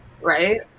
right